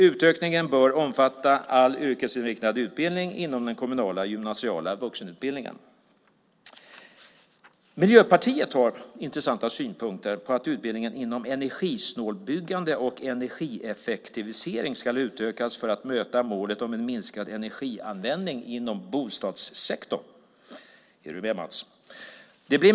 Utökningen bör omfatta all yrkesinriktad utbildning inom den kommunala gymnasiala vuxenutbildningen. Miljöpartiet har intressanta synpunkter om att utbildningen inom energisnålbyggande och energieffektivisering ska utökas - detta för att möta målet om en minskad energianvändning inom bostadssektorn. Är du med Mats Pertoft?